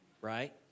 right